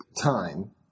time